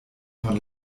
von